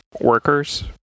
workers